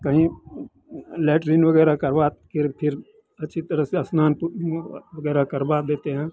कहीं लैट्रिन वगैरह करवा के फिर अच्छी तरह से स्नान वगैरह करवा देते हैं